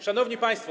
Szanowni Państwo!